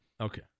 Okay